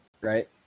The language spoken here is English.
right